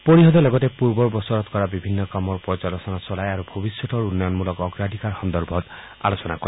পৰিষদে লগতে পূৰ্বৰ বছৰত কৰা বিভিন্ন কামৰ পৰ্যালোচনা চলাই আৰু ভৱিষ্যতৰ উন্নয়নমূলক অগ্ৰাধিকাৰ সন্দৰ্ভত আলোচনা কৰে